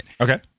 Okay